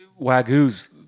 Wagyu's